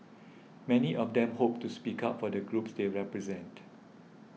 many of them hope to speak up for the groups they represent